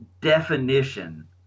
definition